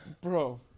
Bro